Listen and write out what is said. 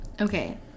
Okay